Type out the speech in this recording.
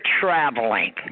traveling